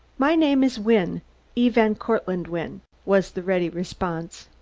my name is wynne e. van cortlandt wynne was the ready response.